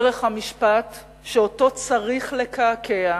דרך המשפט שאותו צריך לקעקע: